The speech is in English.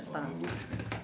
now is